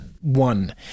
one